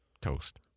Toast